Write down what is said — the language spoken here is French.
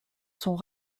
sont